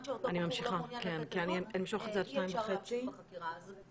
שאותו בחור לא מעוניין לתת עדות אי אפשר להמשיך בחקירה.